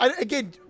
again